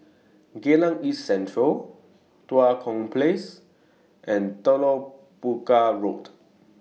Geylang East Central Tua Kong Place and Telok Paku Road